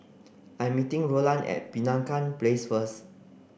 I'm meeting Rolland at Penaga Place first